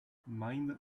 mind